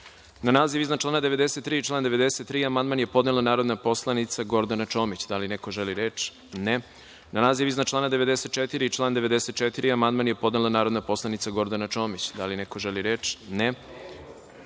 naziv iznad člana 93. i član 93. amandman je podnela narodni poslanik Gordana Čomić. Da li neko želi reč? (Ne)Na naziv iznad člana 94. i član 94. amandman je podnela narodni poslanik Gordana Čomić. Da li neko želi reč?